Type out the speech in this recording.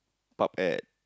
pub at